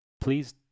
Please